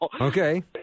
Okay